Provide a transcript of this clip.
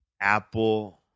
apple